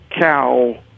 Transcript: cow